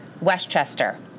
Westchester